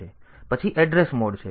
પછી address mode છે